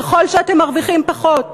ככל שאתם מרוויחים פחות,